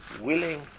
Willing